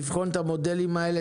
לבחון את המודלים האלה.